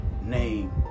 name